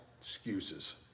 Excuses